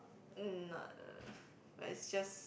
mm not but is just